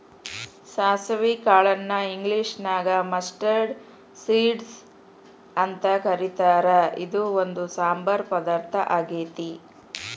ಸಾಸವಿ ಕಾಳನ್ನ ಇಂಗ್ಲೇಷನ್ಯಾಗ ಮಸ್ಟರ್ಡ್ ಸೇಡ್ಸ್ ಅಂತ ಕರೇತಾರ, ಇದು ಒಂದ್ ಸಾಂಬಾರ್ ಪದಾರ್ಥ ಆಗೇತಿ